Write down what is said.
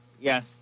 yes